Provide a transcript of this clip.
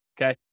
Okay